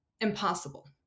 impossible